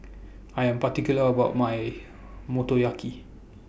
I Am particular about My Motoyaki